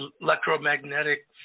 electromagnetic